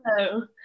Hello